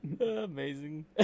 amazing